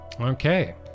okay